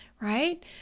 right